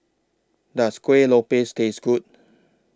Does Kuih Lopes Taste Good